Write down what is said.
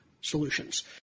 solutions